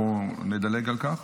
אנחנו נדלג על כך.